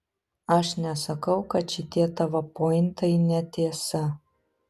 aš nesakau kad šitie tavo pointai netiesa